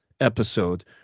episode